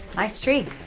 nice tree.